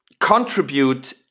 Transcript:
contribute